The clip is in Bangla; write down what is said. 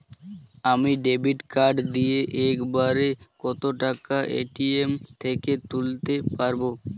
আমি ডেবিট কার্ড দিয়ে এক বারে কত টাকা এ.টি.এম থেকে তুলতে পারবো?